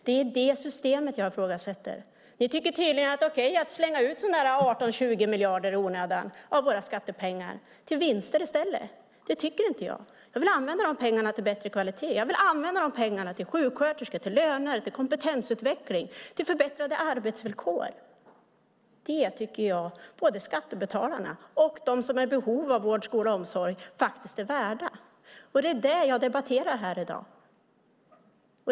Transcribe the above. Det är det systemet jag ifrågasätter. Ni tycker tydligen att det är okej att slänga ut 18-20 miljarder i onödan av våra skattepengar till vinster. Det tycker inte jag. Jag vill använda de pengarna till sjuksköterskor, löner, kompetensutveckling och förbättrade arbetsvillkor. Det är både skattebetalarna och de som är i behov av vård, skola och omsorg värda. Det är vad jag debatterar här i dag.